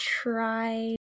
try